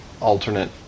alternate